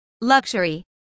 Luxury